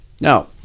Now